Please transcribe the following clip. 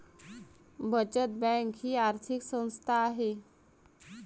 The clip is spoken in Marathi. बचत बँक ही आर्थिक संस्था आहे